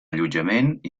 allotjament